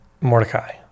Mordecai